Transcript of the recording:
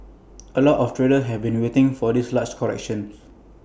A lot of traders have been waiting for this large correction